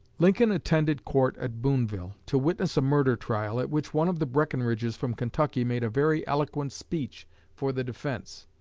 lincoln attended court at booneville, to witness a murder trial, at which one of the breckenridges from kentucky made a very eloquent speech for the defense.